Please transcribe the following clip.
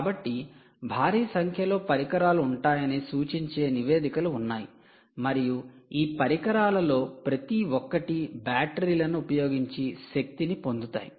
కాబట్టి భారీ సంఖ్యలో పరికరాలు ఉంటాయని సూచించే నివేదికలు ఉన్నాయి మరియు ఈ పరికరాలలో ప్రతి ఒక్కటి బ్యాటరీ లను ఉపయోగించి శక్తిని పొందుతాయి